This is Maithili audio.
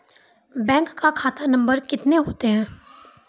बैंक का खाता नम्बर कितने होते हैं?